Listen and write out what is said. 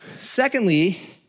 Secondly